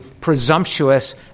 presumptuous